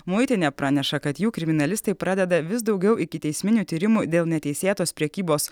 muitinė praneša kad jų kriminalistai pradeda vis daugiau ikiteisminių tyrimų dėl neteisėtos prekybos